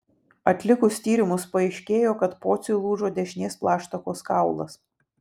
atlikus tyrimus paaiškėjo kad pociui lūžo dešinės plaštakos kaulas